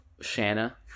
Shanna